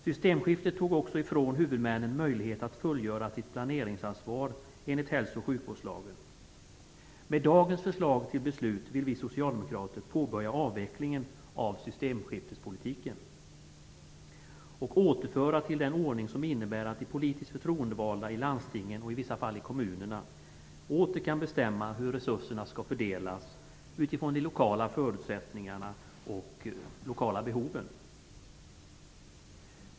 Systemskiftet tog också ifrån huvudmännen möjligheten att fullgöra sitt planeringsansvar enligt hälso och sjukvårdslagen. Med dagens förslag till beslut vill vi socialdemokrater påbörja avvecklingen av systemskiftespolitiken och återföra till den ordning som innebär att de politiskt förtroendevalda i landstingen och i vissa fall i kommunerna åter kan bestämma hur resurserna kan bestämma hur resurserna skall fördelas utifrån de lokala förutsättningarna och de lokala behoven.